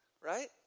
right